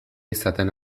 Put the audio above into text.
izaten